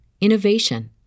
innovation